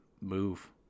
move